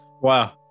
Wow